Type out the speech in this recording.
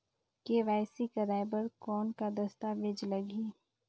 KYC कराय बर कौन का दस्तावेज लगही?